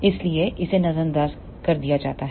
इसलिए इसे नजर अंदाज कर दिया गया है